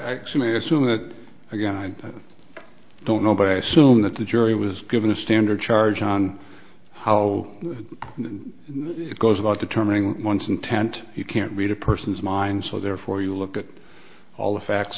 and assume that again i don't know but i assume that the jury was given a standard charge on how this goes about determining once intent you can't read a person's mind so therefore you look at all the facts